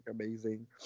amazing